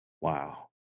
Wow